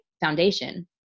foundation